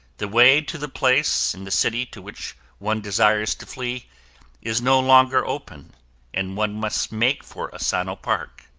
the way to the place in the city to which one desires to flee is no longer open and one must make for asano park.